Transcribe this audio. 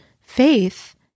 faith